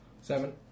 Seven